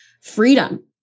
freedom